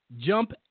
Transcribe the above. jump